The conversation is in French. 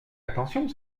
attention